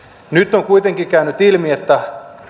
on kuitenkin käynyt ilmi että